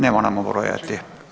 Ne moramo brojati.